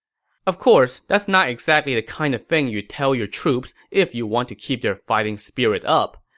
of course, that's not exactly the kind of thing you tell your troops if you want to keep their fighting spirit up.